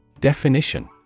Definition